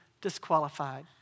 disqualified